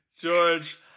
george